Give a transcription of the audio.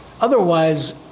Otherwise